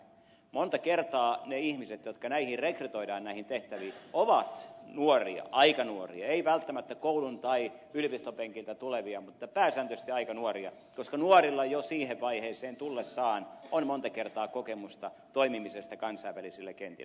monta kertaa ne ihmiset jotka näihin tehtäviin rekrytoidaan ovat nuoria aika nuoria eivät välttämättä koulun tai yliopiston penkiltä tulevia mutta pääsääntöisesti aika nuoria koska nuorilla jo siihen vaiheeseen tullessaan on monta kertaa kokemusta toimimisesta kansainvälisillä kentillä